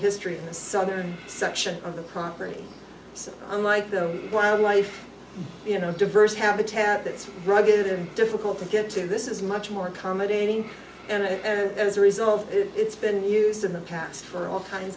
history in the southern section of the country unlike the wildlife you know diverse habitat that's rugged and difficult to get to this is much more accommodating and as a result it's been used in the past for all kinds